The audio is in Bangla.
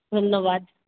ধন্যবাদ